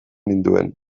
ninduen